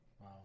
Wow